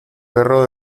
perro